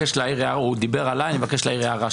הוא דיבר עליי, אני מבקש להעיר הערה.